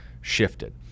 shifted